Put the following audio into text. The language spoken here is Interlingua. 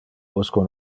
usque